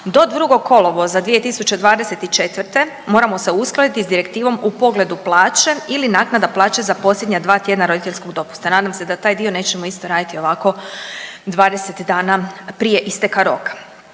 Do 2. kolovoza 2024. moramo se uskladiti s direktivom u pogledu plaće ili naknada plaće za posljednja dva tjedna roditeljskog dopusta, nadam se da taj dio nećemo isto raditi ovako 20 dana prije isteka roka.